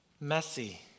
messy